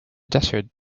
desert